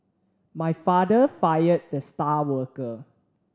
my father fired the star worker